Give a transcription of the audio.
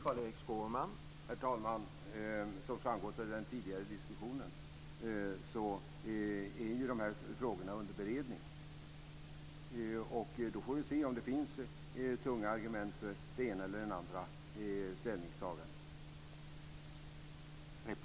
Herr talman! Som framgått av den tidigare diskussionen är de här frågorna under beredning. Då får vi se om det finns tunga argument för det ena eller det andra ställningstagandet.